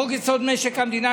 חוק-יסוד: משק המדינה,